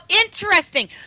interesting